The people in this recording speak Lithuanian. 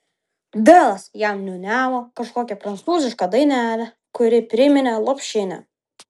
delas jam niūniavo kažkokią prancūzišką dainelę kuri priminė lopšinę